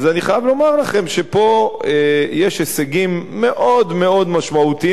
אז אני חייב לומר לכם שפה יש הישגים מאוד מאוד משמעותיים.